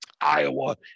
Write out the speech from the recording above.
Iowa